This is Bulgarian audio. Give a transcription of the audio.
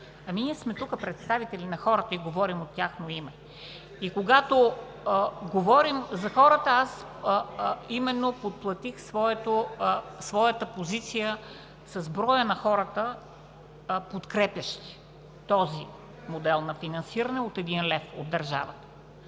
тук сме представители на хората и говорим от тяхно име. Когато говорим за хората – аз именно подплатих своята позиция с броя на хората, подкрепящи този модел на финансиране от един лев от държавата.